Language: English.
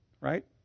right